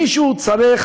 מישהו צריך,